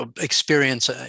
experience